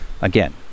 again